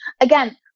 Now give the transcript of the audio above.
again